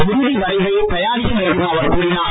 இறுதி வரைவை தயாரிக்கும் என்றும் அவர் கூறினார்